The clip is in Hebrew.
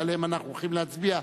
שעליהם אנחנו הולכים להצביע.